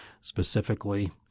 specifically